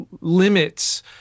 limits